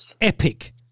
epic